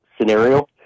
scenario